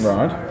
Right